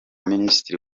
minisitiri